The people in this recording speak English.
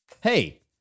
Hey